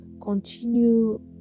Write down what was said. continue